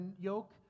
yoke